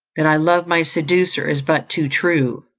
that i loved my seducer is but too true!